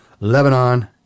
Lebanon